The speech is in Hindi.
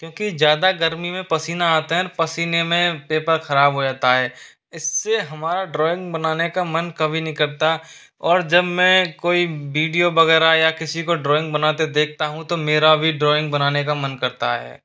क्योंकि ज़्यादा गर्मी में पसीना आते हैं पसीने में पेपर खराब हो जाता है इससे हमारा ड्राइंग बनाने का मन कभी नहीं करता और जब मैं कोई वीडियो वगैरह या किसी को ड्राइंग बनाते देखता हूँ तो मेरा भी ड्राइंग बनाने का मन करता है